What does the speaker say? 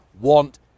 want